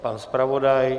Pan zpravodaj?